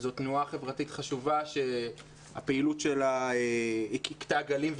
זו תנועה חברתית חשובה שהפעילות שלה הכתה גלים,